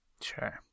Sure